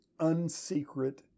Unsecret